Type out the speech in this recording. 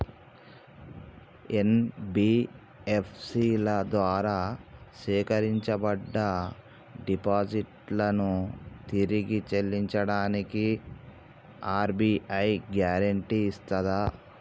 NBFC ల ద్వారా సేకరించబడ్డ డిపాజిట్లను తిరిగి చెల్లించడానికి ఆర్.బి.ఐ గ్యారెంటీ ఇస్తదా?